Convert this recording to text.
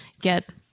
get